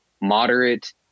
moderate